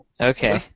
Okay